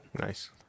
Nice